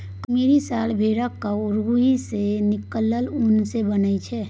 कश्मीरी साल भेड़क रोइयाँ सँ निकलल उन सँ बनय छै